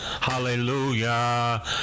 Hallelujah